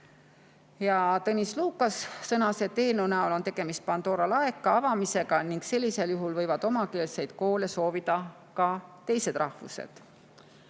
Tõnis Lukas sõnas, et eelnõu näol on tegemist Pandora laeka avamisega ning sellisel juhul võivad omakeelseid koole soovima hakata ka teised rahvused.